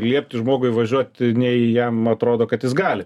liepti žmogui važiuoti nei jam atrodo kad jis gali